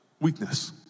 weakness